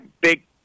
big